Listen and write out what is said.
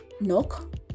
knock